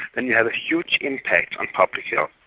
then you have a huge impact on public health,